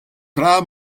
tra